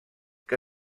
que